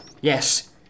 yes